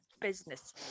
business